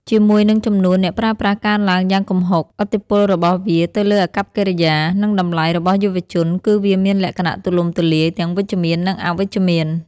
ជាមួយនឹងចំនួនអ្នកប្រើប្រាស់កើនឡើងយ៉ាងគំហុក ឥទ្ធិពលរបស់វាទៅលើអាកប្បកិរិយា និងតម្លៃរបស់យុវជនគឺវាមានលក្ខណៈទូលំទូលាយ ទាំងវិជ្ជមាន និងអវិជ្ជមាន។